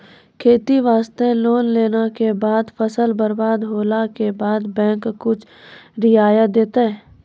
खेती वास्ते लोन लेला के बाद फसल बर्बाद होला के बाद बैंक कुछ रियायत देतै?